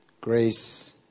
Grace